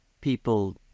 people